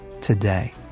Today